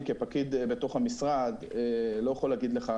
אני כפקיד בתוך המשרד לא יכול להגיד לך